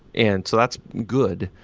and so that's good.